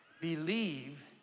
believe